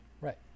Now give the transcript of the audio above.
Right